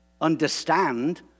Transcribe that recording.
understand